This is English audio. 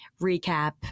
recap